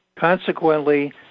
Consequently